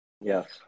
yes